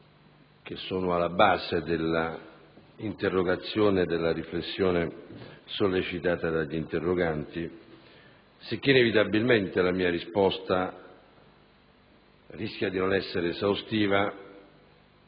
che sono alla base dell'interrogazione e della riflessione sollecitata dagli interroganti. Inevitabilmente, dunque, la mia risposta rischia di non essere esaustiva,